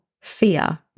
fear